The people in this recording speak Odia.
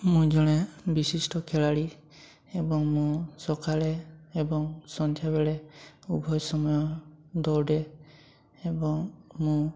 ମୁଁ ଜଣେ ବିଶିଷ୍ଟ ଖେଳାଳି ଏବଂ ମୁଁ ସକାଳେ ଏବଂ ସନ୍ଧ୍ୟାବେଳେ ଉଭୟ ସମୟ ଦୌଡ଼େ ଏବଂ ମୁଁ